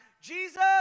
Jesus